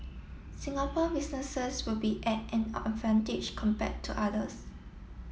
Singapore businesses will be at an advantage compared to others